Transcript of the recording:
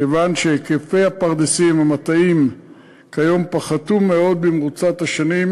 כיוון שהיקפי הפרדסים והמטעים פחתו מאוד במרוצת השנים,